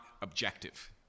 objective